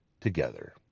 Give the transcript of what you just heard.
together